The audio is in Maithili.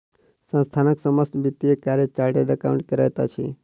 संस्थानक समस्त वित्तीय कार्य चार्टर्ड अकाउंटेंट करैत अछि